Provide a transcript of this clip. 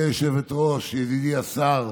גברתי היושבת-ראש, ידידי השר,